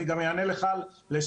אני גם אענה לך לשאלתך.